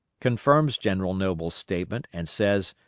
confirms general noble's statement and says,